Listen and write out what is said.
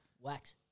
Wax